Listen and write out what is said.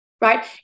right